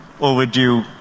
overdue